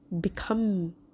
become